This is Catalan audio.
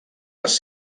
les